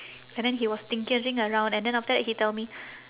and then he was tinkering around and then after that he tell me